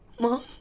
mom